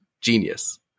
genius